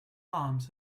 arms